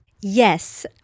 Yes